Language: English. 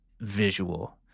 visual